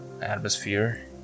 atmosphere